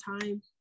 time